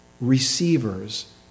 receivers